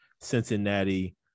Cincinnati